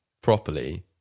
properly